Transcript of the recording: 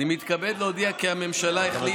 אני מתכבד להודיע כי הממשלה החליטה,